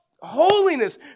holiness